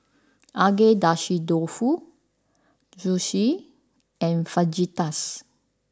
Agedashi Dofu Sushi and Fajitas